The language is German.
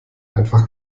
einfach